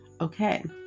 okay